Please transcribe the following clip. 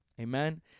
Amen